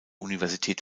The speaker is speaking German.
universität